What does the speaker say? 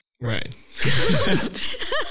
Right